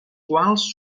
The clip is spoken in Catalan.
quals